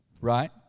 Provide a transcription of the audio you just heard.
Right